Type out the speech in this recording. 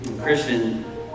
Christian